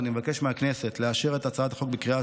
ואני מבקש מהכנסת לאשר את הצעת החוק בקריאות